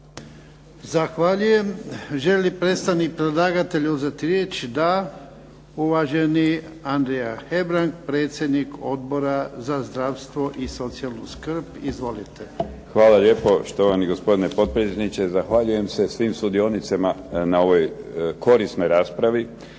Zahvaljujem. Želi li predstavnik predlagatelja uzeti riječ? Da. Uvaženi Andrija Hebrang, predsjednik Odbora za zdravstvo i socijalnu skrb. Izvolite. **Hebrang, Andrija (HDZ)** Hvala lijepo štovani gospodine potpredsjedniče. Zahvaljujem se svim sudionicima na ovoj korisnoj raspravi,